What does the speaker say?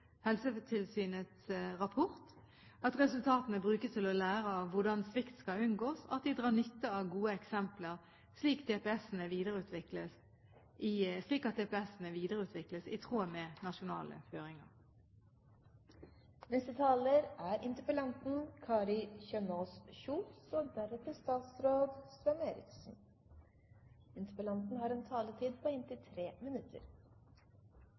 Helsetilsynets rapport, at resultatene brukes til å lære hvordan svikt skal unngås, og at de drar nytte av gode eksempler, slik at DPS-ene videreutvikles i tråd med nasjonale føringer. Jeg vil takke for det svaret jeg har fått. Egentlig er